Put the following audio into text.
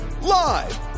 live